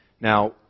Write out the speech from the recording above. Now